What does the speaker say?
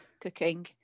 cooking